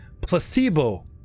placebo